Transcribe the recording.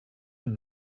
from